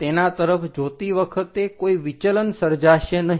તેના તરફ જોતી વખતે કોઈ વિચલન સર્જાશે નહીં